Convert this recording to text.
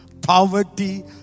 poverty